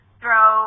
throw